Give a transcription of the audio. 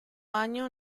año